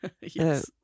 yes